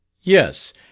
Yes